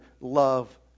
love